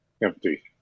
empty